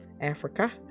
Africa